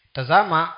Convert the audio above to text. Tazama